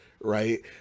right